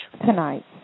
Tonight